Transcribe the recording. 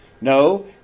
No